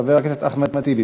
חבר הכנסת אחמד טיבי,